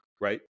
right